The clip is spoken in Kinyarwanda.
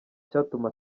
cyatuma